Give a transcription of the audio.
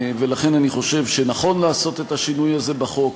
ולכן אני חושב שנכון לעשות את השינוי הזה בחוק,